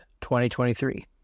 2023